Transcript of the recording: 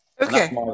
Okay